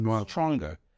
Stronger